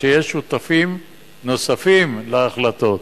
שיש שותפים נוספים להחלטות,